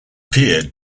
peered